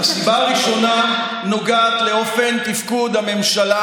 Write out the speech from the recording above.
הסיבה הראשונה נוגעת לאופן תפקוד הממשלה,